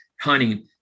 hunting